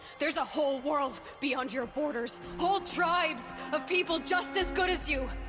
there's a whole world. beyond your borders. whole tribes. of people just as good as you.